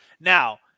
Now